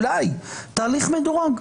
אולי תהליך מדורג.